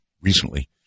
recently